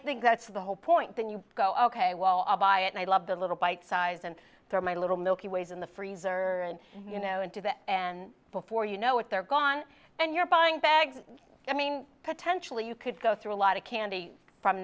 think that's the whole point then you go ok well i'll buy it and i love the little bite sized and my little milky ways in the freezer and you know into that and before you know what they're gone and you're buying bags i mean potentially you could go through a lot of candy from